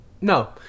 No